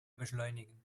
beschleunigen